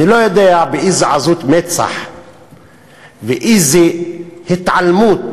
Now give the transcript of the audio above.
אני לא יודע איזו עזות מצח ואיזו התעלמות